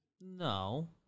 No